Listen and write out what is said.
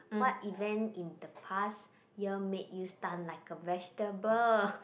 what event in the past year make you stun like a vegetable